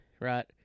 right